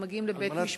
הם מגיעים לבית-משפט,